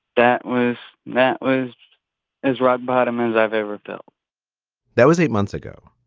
that was that was as rock bottom as i've ever felt that was eight months ago.